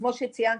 כמו שציינתי,